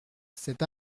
cet